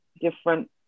different